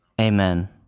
Amen